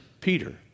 Peter